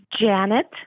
Janet